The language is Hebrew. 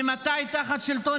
ממתי תחת שלטון